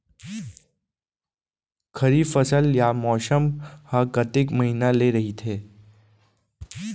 खरीफ फसल या मौसम हा कतेक महिना ले रहिथे?